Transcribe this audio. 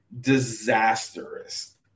disastrous